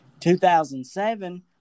2007